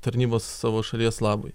tarnybos savo šalies labui